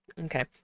Okay